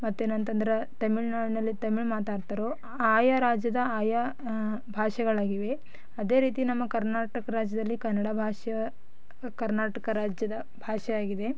ಮತ್ತೇನಂತಂದ್ರೆ ತಮಿಳ್ನಾಡ್ನಲ್ಲಿ ತಮಿಳ್ ಮಾತಾಡ್ತಾರೋ ಆಯಾ ರಾಜ್ಯದ ಆಯಾ ಭಾಷೆಗಳಾಗಿವೆ ಅದೇ ರೀತಿ ನಮ್ಮ ಕರ್ನಾಟಕ ರಾಜ್ಯದಲ್ಲಿ ಕನ್ನಡ ಭಾಷೆಯ ಕರ್ನಾಟಕ ರಾಜ್ಯದ ಭಾಷೆ ಆಗಿದೆ